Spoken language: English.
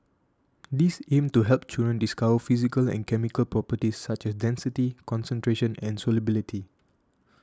these aim to help children discover physical and chemical properties such as density concentration and solubility